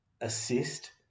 assist